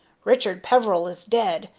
richard peveril is dead,